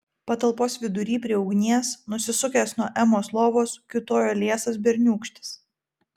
patalpos vidury prie ugnies nusisukęs nuo emos lovos kiūtojo liesas berniūkštis